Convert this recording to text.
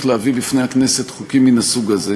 להביא בפני הכנסת חוקים מן הסוג הזה.